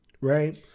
right